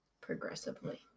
progressively